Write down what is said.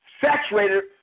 saturated